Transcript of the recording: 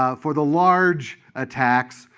ah for the large attacks,